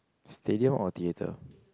stadium or theatre